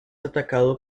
atacado